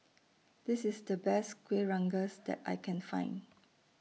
This IS The Best Kueh Rengas that I Can Find